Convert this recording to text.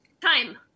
Time